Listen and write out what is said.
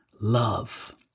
love